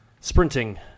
sprinting